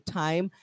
time